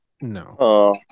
No